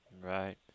Right